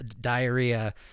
Diarrhea